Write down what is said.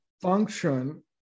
function